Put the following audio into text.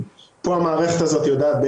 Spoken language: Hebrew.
כל גורם שנמצא פה שרוצה לעשות את זה.